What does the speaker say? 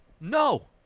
No